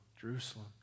Jerusalem